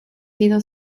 sido